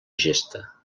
gesta